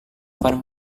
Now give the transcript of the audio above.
akan